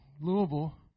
Louisville